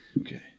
Okay